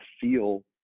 feel